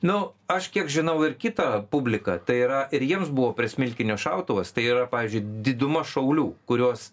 nu aš kiek žinau ir kitą publiką tai yra ir jiems buvo prie smilkinio šautuvas tai yra pavyzdžiui diduma šaulių kuriuos